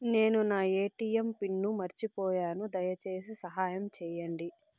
నేను నా ATM pin మర్చిపోయాను, దయచేసి సహాయం చేయండి